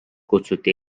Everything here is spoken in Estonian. kutsuti